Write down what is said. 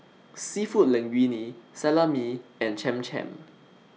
Seafood Linguine Salami and Cham Cham